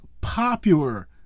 popular